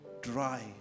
dry